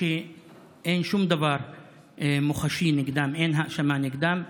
שאין שום דבר מוחשי נגדם, אין האשמה נגדם,